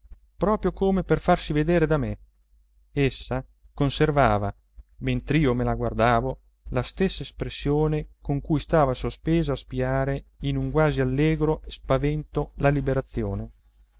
proprio come per farsi vedere da me essa conservava mentr'io me la guardavo la stessa espressione con cui stava sospesa a spiare in un quasi allegro spavento la liberazione